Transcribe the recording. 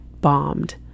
bombed